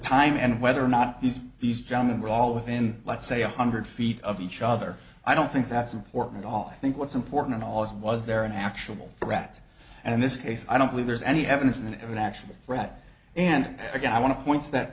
time and whether or not these these gentlemen were all within let's say a hundred feet of each other i don't think that's important all i think what's important all is was there an actual threat and in this case i don't believe there's any evidence that an actual threat and again i want to points that